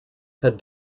had